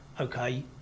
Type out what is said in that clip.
Okay